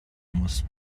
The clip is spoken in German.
muss